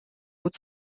gut